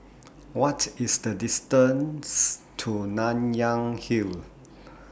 What IS The distance to Nanyang Hill